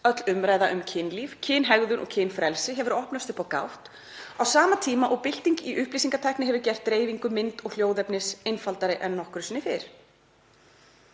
Öll umræða um kynlíf, kynhegðun og kynfrelsi hefur opnast upp á gátt á sama tíma og bylting í upplýsingatækni hefur gert dreifingu mynd- og hljóðefnis einfaldari en nokkru sinni fyrr.